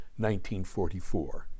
1944